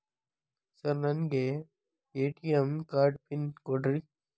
Sir ನನಗೆ ATM card pin ಕೊಡ್ರಿ?